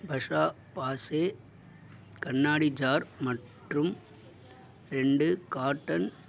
பஸாபாச்சே கண்ணாடி ஜார் மற்றும் ரெண்டு காட்டன்